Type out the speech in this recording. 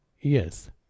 Yes